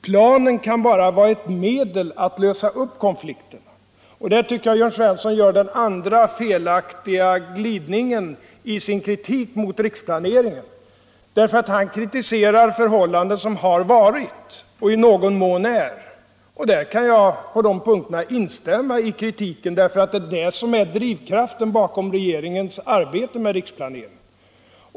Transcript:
Planen kan bara vara ett medel att lösa konflikterna. Där tycker jag att herr Svensson gör den andra felaktiga glidningen i sin kritik mot riksplaneringen. Han kritiserar förhållandena sådana de har varit och i någon mån är, och på de punkterna kan jag instämma i kritiken. Det är rådande missförhållanden som är drivkraften bakom regeringens arbete med riksplaneringen.